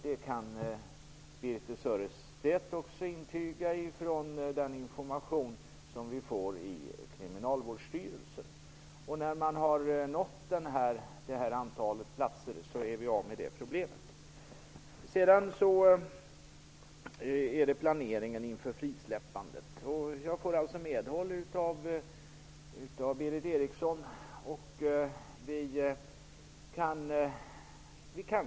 Det kan Birthe Sörestedt, utifrån den information som vi får i Kriminalvårdsstyrelsen, också intyga. När nämnda antal platser uppnåtts är vi av med det här problemet. Sedan gäller det planeringen inför ett frisläppande. Jag får alltså medhåll av Berith Eriksson.